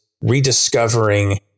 rediscovering